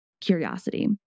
Curiosity